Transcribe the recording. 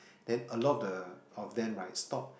then a lot of the of them right stop